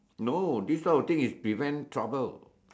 no this type of thing is prevent trouble